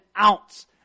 ounce